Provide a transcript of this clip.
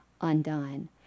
undone